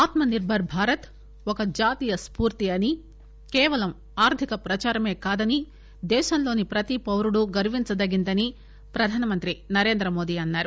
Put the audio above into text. ఆత్మనిర్బర్ భారత్ ఒక జాతీయ స్పూర్తి అన్సీ కేవలం ఆర్థిక ప్రదారమే కాదని దేశంలోని ప్రతి పౌరుడు గర్వించ దగిందని ప్రధానమంత్రి నరేంద్ర మోదీ అన్నారు